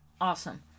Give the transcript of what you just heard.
Awesome